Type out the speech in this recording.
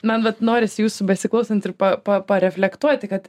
man vat norisi jūsų besiklausant ir pa pa pa reflektuoti kad